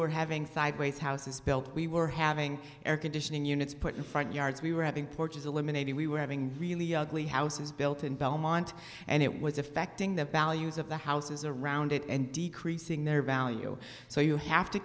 were having five ways houses built we were having air conditioning units put in front yards we were having porches eliminated we were having really ugly houses built in belmont and it was affecting the ballyards of the houses around it and decreasing their value so you have to